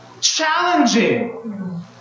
Challenging